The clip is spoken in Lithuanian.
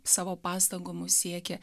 savo pastangomis siekė